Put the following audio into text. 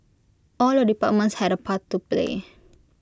all the departments had A part to play